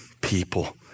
people